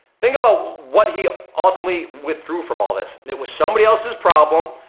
think about what he ultimately withdrew from all this. it was somebody else's problem,